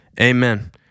amen